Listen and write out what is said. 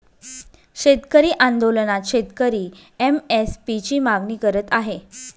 शेतकरी आंदोलनात शेतकरी एम.एस.पी ची मागणी करत आहे